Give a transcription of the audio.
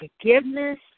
forgiveness